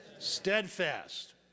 steadfast